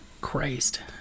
Christ